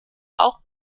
auch